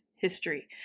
History